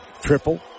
triple